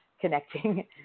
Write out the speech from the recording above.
connecting